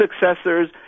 successors